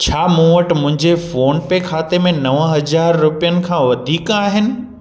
छा मूं वटि मुंहिंजे फ़ोन पे खाते में नव हजार रुपियनि खां वधीक आहिनि